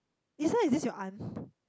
inside is this your aunt